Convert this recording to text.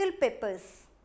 peppers